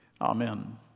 Amen